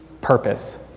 purpose